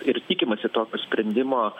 ir tikimasi tokio sprendimo